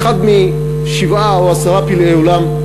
אחד משבעה או עשרה פלאי עולם,